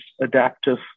adaptive